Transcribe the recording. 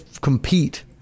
compete